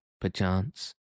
perchance